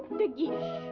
de guiche.